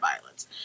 violence